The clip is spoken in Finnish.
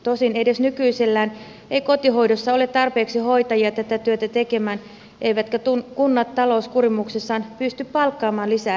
tosin edes nykyisellään ei kotihoidossa ole tarpeeksi hoitajia tätä työtä tekemään eivätkä kunnat talouskurimuksessaan pysty palkkaamaan lisää henkilökuntaa